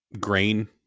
grain